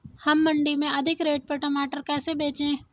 हम मंडी में अधिक रेट पर टमाटर कैसे बेचें?